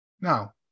Now